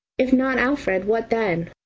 if not alfred, what then?